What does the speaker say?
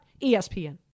ESPN